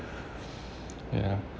ya